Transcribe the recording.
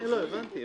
הבנתי,